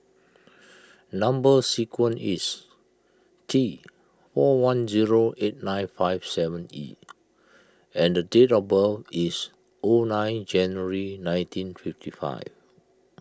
Number Sequence is T four one zero eight nine five seven E and date of birth is O nine January nineteen fifty five